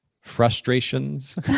frustrations